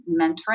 mentoring